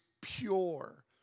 pure